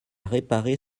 réparer